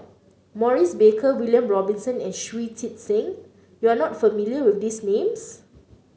Maurice Baker William Robinson and Shui Tit Sing you are not familiar with these names